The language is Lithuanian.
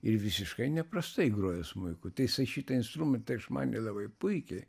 ir visiškai neprastai grojo smuiku tai jisai šitą instrumentą išmanė labai puikiai